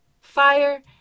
Fire